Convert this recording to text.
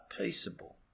peaceable